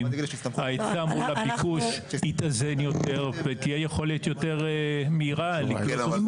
וההיצע מול הביקוש יתאזן יותר ותהיה יכולת יותר מהירה לקלוט עובדים.